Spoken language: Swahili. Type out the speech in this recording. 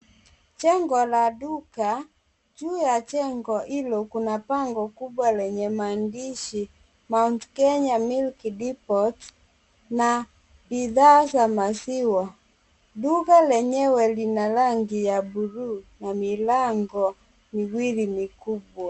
Jengo la duka. Juu ya duka hilo, kuna bango kubwa lenye maandishi Mount Kenya milk depot na bidhaa za maziwa. Duka lenyewe lina rangi ya blue na milango miwili mikubwa.